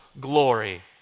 glory